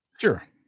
Sure